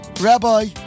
rabbi